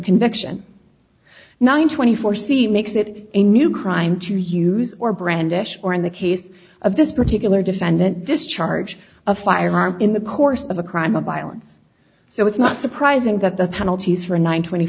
conviction nine twenty four c makes it a new crime to use or brandish or in the case of this particular defendant discharge a firearm in the course of a crime of violence so it's not surprising that the penalties for a nine twenty